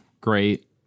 great